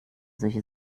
solche